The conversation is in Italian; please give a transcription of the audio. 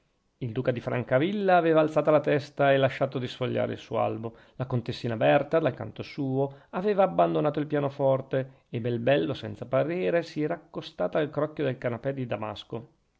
il duca di francavilla aveva alzata la testa e lasciato di sfogliare il suo albo la contessina berta dal canto suo aveva abbandonato il pianoforte e bel bello senza parere si era accostata al crocchio del canapè di damasco